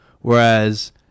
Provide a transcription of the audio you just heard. Whereas